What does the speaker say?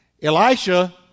Elisha